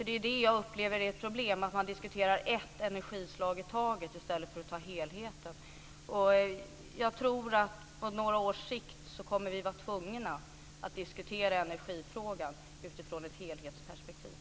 Det är det jag upplever som ett problem. Man diskuterar ett energislag i taget i stället för att ta helheten. Jag tror att på några års sikt kommer vi att vara tvungna att diskutera energifrågan utifrån ett helhetsperspektiv.